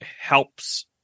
helps